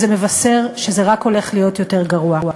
זה מבשר שזה רק הולך להיות יותר גרוע.